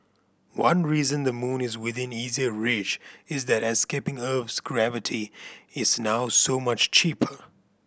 one reason the moon is within easier reach is that escaping Earth's gravity is now so much cheaper